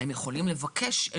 הם יכולים לבקש.